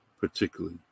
particularly